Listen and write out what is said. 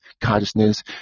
consciousness